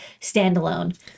standalone